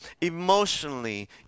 emotionally